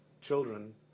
children